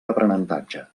aprenentatge